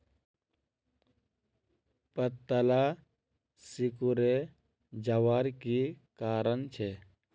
पत्ताला सिकुरे जवार की कारण छे?